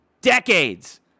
Decades